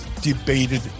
debated